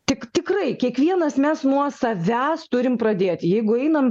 tik tikrai kiekvienas mes nuo savęs turim pradėt jeigu einam